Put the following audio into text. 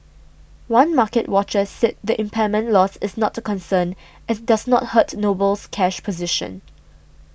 one market watcher said the impairment loss is not a concern as it does not hurt Noble's cash position